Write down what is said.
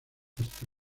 hasta